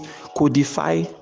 codify